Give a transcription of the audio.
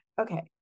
Okay